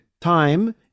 time